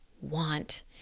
want